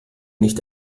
nicht